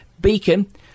Beacon